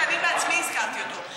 שאני בעצמי הזכרתי אותו.